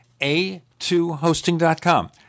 A2hosting.com